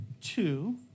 two